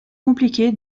compliqué